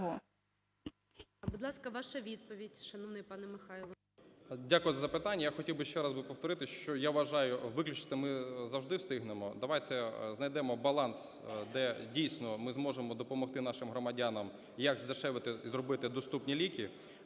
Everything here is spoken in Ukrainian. Дякую за запитання. Я хотів би ще раз повторити, що я вважаю, виключити ми завжди встигнемо, давайте знайдемо баланс, де, дійсно, ми зможемо допомогти нашим громадянам, як здешевити і зробити доступні ліки.